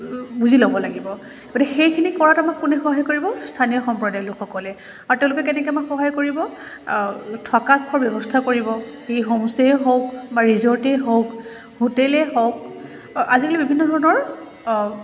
বুজি ল'ব লাগিব গতিকে সেইখিনি কৰাত আমাক কোনে সহায় কৰিব স্থানীয় সম্প্ৰদায়ৰ লোকসকলে আৰু তেওঁলোকে কেনেকৈ আমাক সহায় কৰিব থকা খোৱাৰ ব্যৱস্থা কৰিব সি হোম ষ্টেই হওক বা ৰিজৰ্টেই হওক হোটেলেই হওক আজিকালি বিভিন্ন ধৰণৰ